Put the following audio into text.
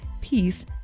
peace